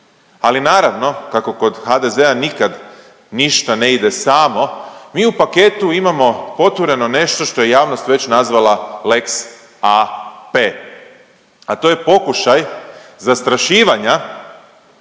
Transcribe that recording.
Ali naravno kako kod HDZ-a nikad ništa ne ide samo mi u paketu imamo potureno nešto što je javnost već nazvala lex AP, a to je pokušaj zastrašivanja